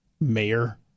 mayor